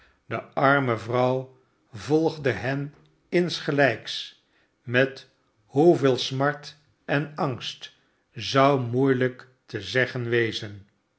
de arme vrouw volgde hen insgelijks met hoeveel smart en angst zou moeielijk te zeggen wezen